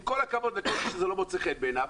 עם כל הכבוד למי שזה לא מוצא חן בעיניו,